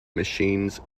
machines